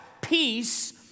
Peace